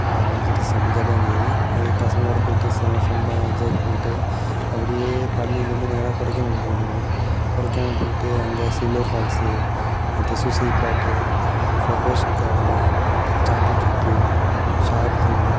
அதெலாம் வச்சிட்டு செம்ம ஜாலியாக இருந்தது அது பசங்களோட போய்ட்டு செம்ம ஃபன்னாக என்ஜாய் பண்ணிட்டு அப்படியே பழனிலேருந்து நேராக கொடைக்கானல் கிளம்புனோம் கொடைக்கானல் போய்ட்டு அங்கே சில்வர் ஃபால்ஸ் அடுத்தது suicide point flowers garden chocolate factory shop